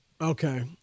Okay